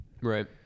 Right